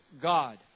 God